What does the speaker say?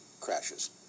crashes